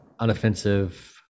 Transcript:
unoffensive